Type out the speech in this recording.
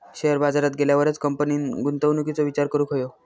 share बाजारात गेल्यावरच कंपनीन गुंतवणुकीचो विचार करूक हवो